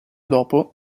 dopo